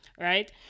Right